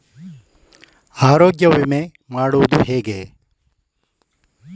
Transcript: ಆರೋಗ್ಯ ವಿಮೆ ಮಾಡುವುದು ಹೇಗೆ?